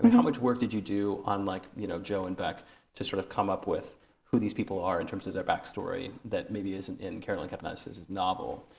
but how much work did you do on like you know joe and beck to sort of come up with who these people are in terms of their backstory that maybe isn't in caroline kepnes's novel?